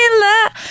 love